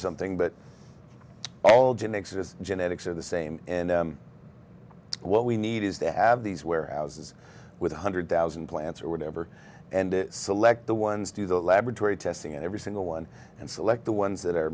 something but all jim exist genetics are the same and what we need is to have these warehouses with one hundred thousand plants or whatever and select the ones do the laboratory testing on every single one and select the ones that are